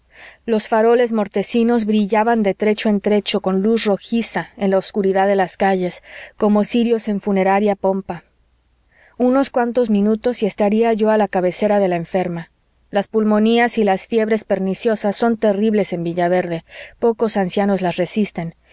los faroles mortecinos brillaban de trecho en trecho con luz rojiza en la obscuridad de las calles como cirios en funeraria pompa unos cuantos minutos y estaría yo a la cabecera de la enferma las pulmonías y las fiebres perniciosas son terribles en villaverde pocos ancianos las resisten